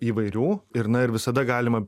įvairių ir na ir visada galima